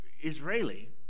Israeli